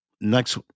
Next